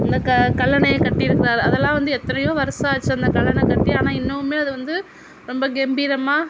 இந்த க கல்லணையை கட்டி இருக்குறார் அதெலாம் வந்து எத்தனையோ வருஷம் ஆச்சு அந்த கல்லணை கட்டி ஆனா இன்னமுமே அது வந்து ரொம்ப கம்பீரமாக